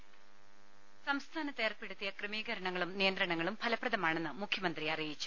voice സംസ്ഥാനത്ത് ഏർപ്പെടുത്തിയ ക്രമീകരണങ്ങളും നിയന്ത്രണങ്ങളും ഫലപ്രദമാണെന്ന് മുഖ്യമന്ത്രി അറിയിച്ചു